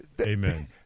Amen